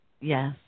Yes